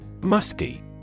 Musky